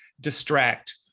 distract